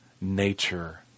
nature